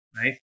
right